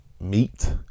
meat